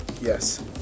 Yes